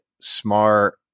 smart